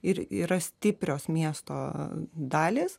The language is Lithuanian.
ir yra stiprios miesto dalys